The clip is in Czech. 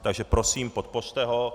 Takže prosím, podpořte ho.